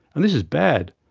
and this is bad,